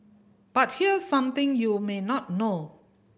but here's something you may not know